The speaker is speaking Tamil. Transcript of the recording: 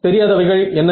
தெரியாதவைகள் என்னென்ன